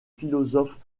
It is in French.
philosophes